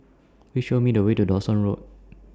Please Show Me The Way to Dawson Road